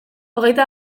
hogeita